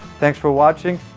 thanks for watching.